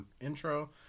intro